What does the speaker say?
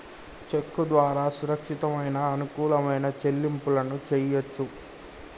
చెక్కు ద్వారా సురక్షితమైన, అనుకూలమైన చెల్లింపులను చెయ్యొచ్చు